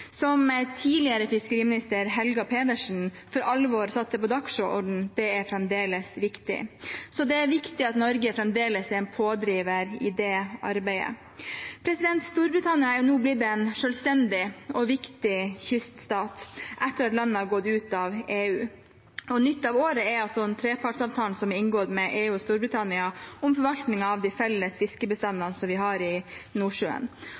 som tidligere fiskeriminister Helga Pedersen for alvor satte på dagsordenen, er fremdeles viktig. Så det er viktig at Norge fremdeles er en pådriver i det arbeidet. Storbritannia er nå blitt en selvstendig og viktig kyststat etter at landet har gått ut av EU. Nytt av året er den trepartsavtalen som er inngått med EU og Storbritannia om forvaltning av de felles fiskebestandene som vi har i Nordsjøen.